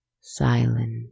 silent